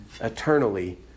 eternally